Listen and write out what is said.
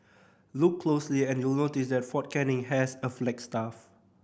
look closely and you'll notice that Fort Canning has a flagstaff